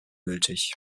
gültig